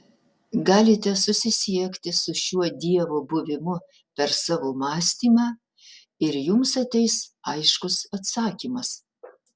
galite susisiekti su šiuo dievo buvimu per savo mąstymą ir jums ateis aiškus atsakymas